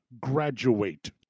graduate